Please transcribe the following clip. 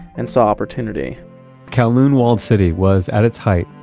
and saw opportunity kowloon walled city was at its height,